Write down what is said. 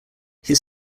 his